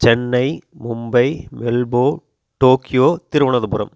Chennai Mumbai Melbourne Tokyo Thiruvananthapuram